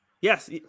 Yes